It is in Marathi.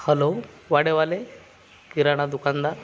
हॅलो वाडेवाले किराणा दुकानदार